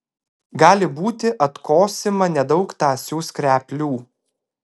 gali būti atkosima nedaug tąsių skreplių